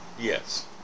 Yes